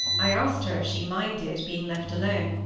i asked her if she minded being left alone,